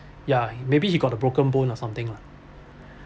ya maybe he got a broken bone or something lah